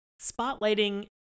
spotlighting